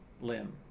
limb